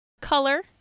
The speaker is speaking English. color